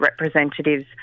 representatives